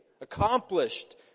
accomplished